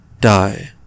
die